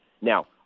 Now